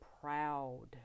proud